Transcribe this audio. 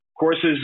Courses